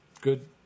Good